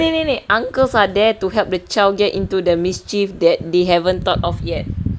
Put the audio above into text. wait wait wait wait uncles are there to help the child get into the mischief that they haven't thought of yet